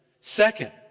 Second